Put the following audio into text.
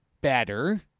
better